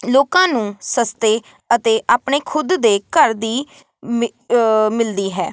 ਲੋਕਾਂ ਨੂੰ ਸਸਤੇ ਅਤੇ ਆਪਣੇ ਖੁਦ ਦੇ ਘਰ ਦੀ ਮਿ ਮਿਲਦੀ ਹੈ